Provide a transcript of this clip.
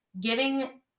giving